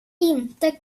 inte